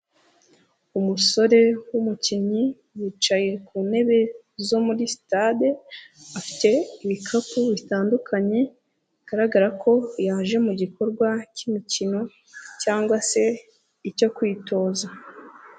Umusore w'umukinnyi wicaye ku ntebe zo muri sitade, afite ibikapu bitandukanye bigaragara ko yaje mu gikorwa k'imikino cyangwa se icyo kwitoza.